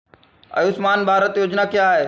आयुष्मान भारत योजना क्या है?